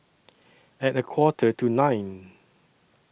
At A Quarter to nine